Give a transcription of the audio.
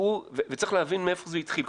וצריך להבין מאיפה זה התחיל,